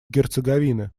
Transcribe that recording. герцеговины